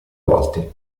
volte